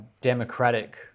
democratic